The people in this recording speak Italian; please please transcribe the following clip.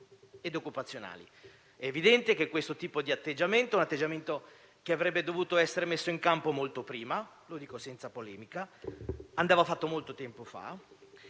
e occupazionali. È evidente che questo tipo di atteggiamento avrebbe dovuto essere messo in campo molto prima, lo dico senza polemica: andava fatto molto tempo fa.